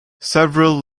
several